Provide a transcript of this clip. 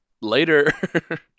later